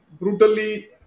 brutally